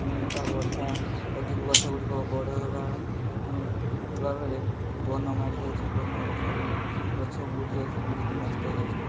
ପୁଣି ତା ବର୍ଷା ଅଧିକ ଗଛଗୁଡ଼ିକ ବଡ଼ ହେବା ହେବା ବେଳେ ବନ ମାଡ଼ି ଯାଉଛି ବନରେ ସବୁ ଗଛ ବୁଡ଼ିଯାଉଛି ବୁଡ଼ିକି ନଷ୍ଟ ହେଇଯାଉଛି